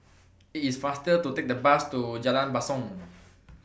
IT IS faster to Take The Bus to Jalan Basong